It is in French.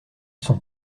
son